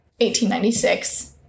1896